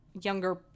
younger